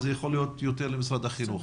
אבל יכול להיות שזה מופנה יותר למשרד החינוך.